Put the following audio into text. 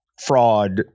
fraud